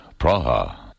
Praha